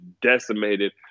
decimated